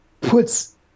puts